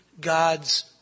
God's